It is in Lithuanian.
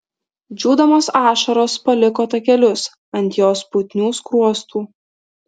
džiūdamos ašaros paliko takelius ant jos putnių skruostų